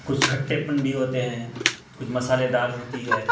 کچھ کھٹے پن بھی ہوتے ہیں کچھ مصالحے دار ہوتی ہے